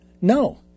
no